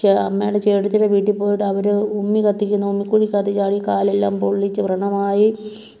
അമ്മയുടെ ചേടത്തീടെ വീട്ടിപ്പോയിട്ട് അവർ ഉമി കത്തിക്കുന്ന ഉമി കുഴിക്കകത്ത് ചാടി കാലെല്ലാം പൊള്ളിച്ച് വ്രണമായി